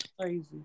crazy